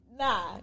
Nah